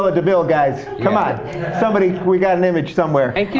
the bill guys come out somebody we got an image somewhere making